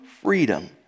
freedom